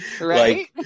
Right